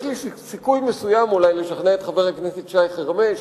יש לי סיכוי מסוים אולי לשכנע את חבר הכנסת שי חרמש,